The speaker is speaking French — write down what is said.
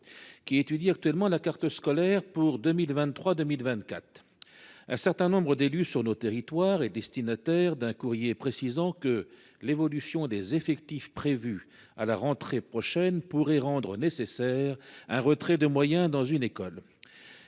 qui étudie actuellement la carte scolaire pour 2023 2024. Un certain nombre d'élus sur notre territoire et destinataire d'un courrier, précisant que l'évolution des effectifs prévus à la rentrée prochaine pourrait rendre nécessaire un retrait de moyens dans une école.